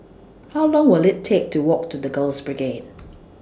How Long Will IT Take to Walk to The Girls Brigade